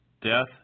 death